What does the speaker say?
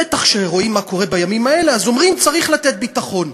בטח כשרואים מה קורה בימים האלה אז אומרים: צריך לתת ביטחון.